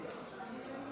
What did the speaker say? תוצאות